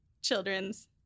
children's